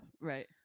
Right